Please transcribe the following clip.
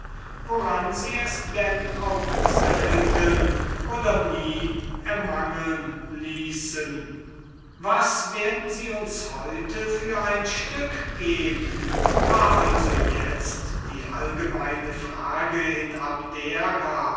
woran sie es dann auch selten oder nie ermangeln ließen was werden sie uns heute für ein stück geben war also itzt die allgemeine frage in abdera